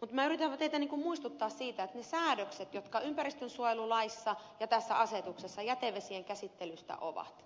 mutta minä yritän teitä muistuttaa siitä että niissä säädöksissä jotka ympäristönsuojelulaissa ja tässä asetuksessa jätevesien käsittelystä ovat